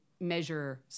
measure